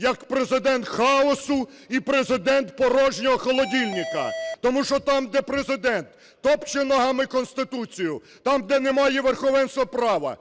як Президент хаосу і Президент порожнього холодильника, тому що там, де Президент топче ногами Конституцію, там, де немає верховенства права,